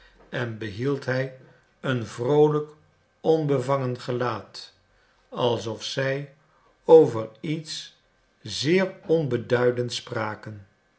en behield hij een vroolijk onbevangen gelaat alsof zij over iets zeer onbeduidends spraken